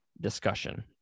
discussion